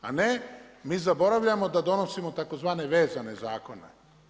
A ne, mi zaboravljamo, da donosimo, tzv. vezane zakone.